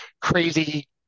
crazy